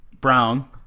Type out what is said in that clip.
Brown